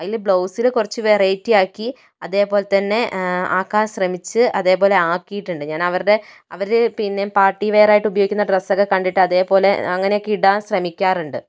അതില് ബ്ലൗസില് കുറച്ച് വേറെറ്റി ആക്കി അതേപോലെതന്നെ ആക്കാന് ശ്രമിച്ചു അതേപോലെ ആക്കിയിട്ടുണ്ട് അവരുടെ അവര് പിന്നെ പാര്ട്ടിവെയര് ആയിട്ട് ഉപയോഗിക്കുന്ന ഡ്രെസ്സൊക്കെ കണ്ടിട്ട് അതേപോലെ അങ്ങനെയൊക്കെ ഇടാന് ശ്രമിക്കാറുണ്ട്